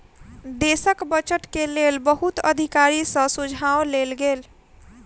देशक बजट के लेल बहुत अधिकारी सॅ सुझाव लेल गेल